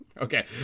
Okay